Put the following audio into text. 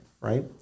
Right